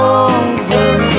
over